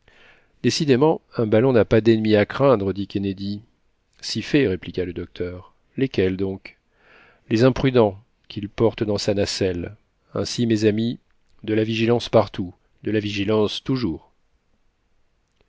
décidément un ballon n'a pas dennemis à craindre dit kennedy si fait répliqua le docteur lesquels donc les imprudents qu'il porte dans sa nacelle ainsi mes amis de la vigilance partout de la vigilance toujours